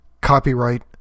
Copyright